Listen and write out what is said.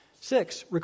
Six